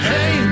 Hey